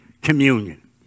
communion